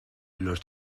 los